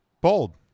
Bold